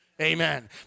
Amen